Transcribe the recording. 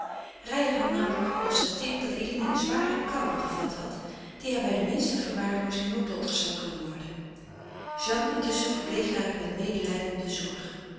reijer had namelijk geconstateerd dat eline eene zware koude gevat had die haar bij de minste verwaarloozing noodlottig zou kunnen worden jeanne intusschen verpleegde haar met medelijdende zorg